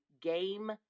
game